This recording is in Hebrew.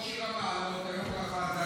אתמול שיר המעלות והיום ברכה.